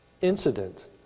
incident